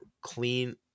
clean